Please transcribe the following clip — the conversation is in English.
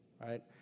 right